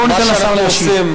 בואו ניתן לשר להשיב.